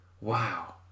Wow